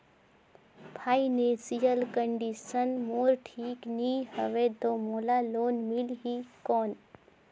Financial condition मोर ठीक नी हवे तो मोला लोन मिल ही कौन??